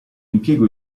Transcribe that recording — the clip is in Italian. impiego